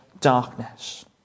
darkness